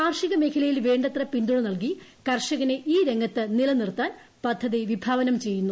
കാർഷിക മേഖലയിൽ വേണ്ടത്ര പിന്തുണിനൽകി കർഷകനെ ഈ രംഗത്ത് നിലനിർത്താൻ പദ്ധതി പ്പിഭാവനം ചെയ്യുന്നു